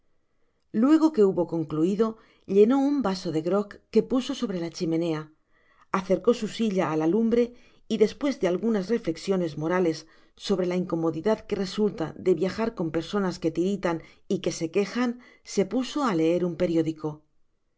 luego que hubo concluido llenó un vaso de grog que puso sobre la chimenea acercó su silla á la lumbre y despues de algunas roflecsiones morales sobre la inco content from google book search generated at modllad que resulta de viajar con personas que titiritan y que se quejan se puso á leer un periódico el